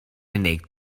unig